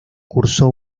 cursó